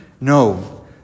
No